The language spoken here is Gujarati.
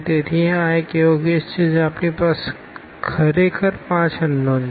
તેથી આ એક એવો કેસ છે જ્યાં આપણી પાસે ખરેખર 5 અનનોન છે